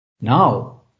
Now